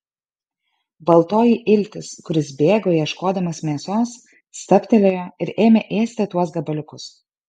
baltoji iltis kuris bėgo ieškodamas mėsos stabtelėjo ir ėmė ėsti tuos gabaliukus